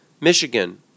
Michigan